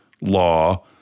law